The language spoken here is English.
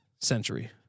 century